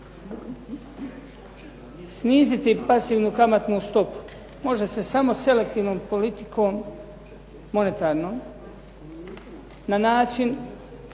Sniziti pasivnu kamatnu stopu može se samo selektivnom politikom monetarnom na način